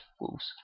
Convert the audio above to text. wolves